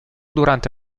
durante